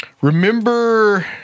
Remember